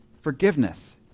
Forgiveness